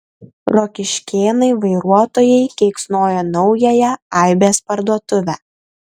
rokiškėnai vairuotojai keiksnoja naująją aibės parduotuvę